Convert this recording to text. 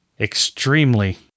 Extremely